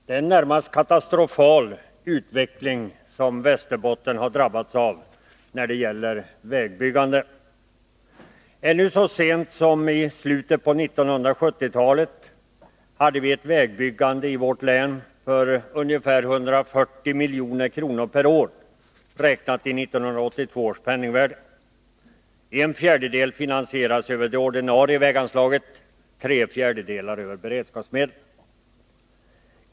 Herr talman! En närmast katastrofal utveckling har drabbat Västerbotten när det gäller vägbyggandet. Ännu så sent som i slutet av 1970-talet hade vi ett vägbyggande i vårt län för ungefär 140 milj.kr. per år, räknat i 1982 års penningvärde. En fjärdedel finansierades över det ordinarie väganslaget och tre fjärdedelar genom beredskapsmedel.